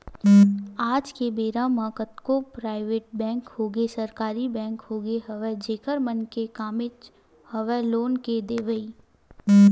आज के बेरा म कतको पराइवेट बेंक होगे सरकारी बेंक होगे हवय जेखर मन के कामेच हवय लोन के देवई